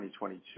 2022